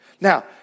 Now